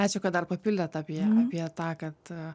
ačiū kad dar papildėt apie apie tą kad